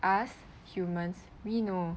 us humans we know